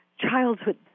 childhood